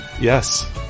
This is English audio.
Yes